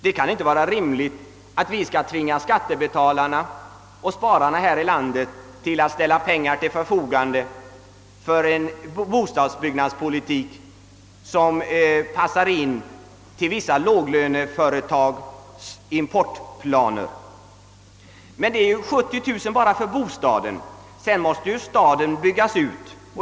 Det kan inte vara rimligt att skattebetalarna och spararna i vårt land skall tvingas att ställa pengar till förfogande för en bostadsbyggnadspolitik, som passar för vissa låglöneföretags importplaner. 70 000 kronor går emellertid åt bara för bostaden, Därtill måste kommunen byggas ut.